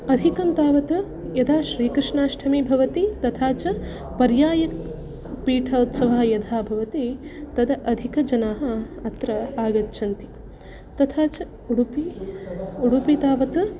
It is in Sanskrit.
अधिकं तावत् यदा श्रीकृष्णाष्टमी भवति तथा च पर्यायपीठोत्सवः यदा भवति तदा अधिकजनाः अत्र आगच्छन्ति तथा च उडुपि उडुपि तावत्